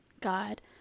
God